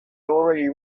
already